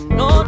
no